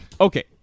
okay